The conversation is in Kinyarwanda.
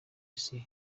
isi